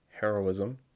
heroism